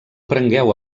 prengueu